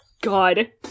God